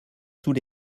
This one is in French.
sous